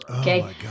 Okay